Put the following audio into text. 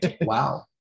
Wow